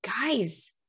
guys